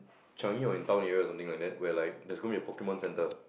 Changi or in town area or something like that where there was going to be a Pokemon centre